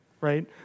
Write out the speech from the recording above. right